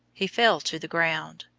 he fell to the ground.